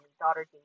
daughter